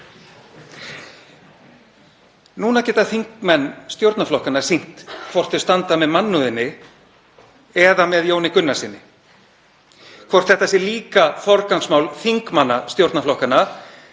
Núna geta þingmenn stjórnarflokkanna sýnt hvort þeir standa með mannúðinni eða með Jóni Gunnarssyni, hvort þetta sé líka forgangsmál þingmanna stjórnarflokkanna.